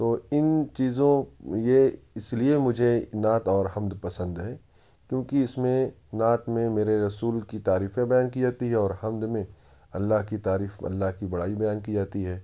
تو ان چیزوں یہ اس لیے مجھے نعت اور حمد پسند ہے کیونکہ اس میں نعت میں میرے رسول کی تعریفیں بیان کی جاتی ہیں اور حمد میں اللہ کی تعریف اللہ کی بڑائی بیان کی جاتی ہے